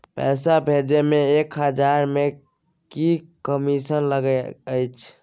पैसा भैजे मे एक हजार मे की कमिसन लगे अएछ?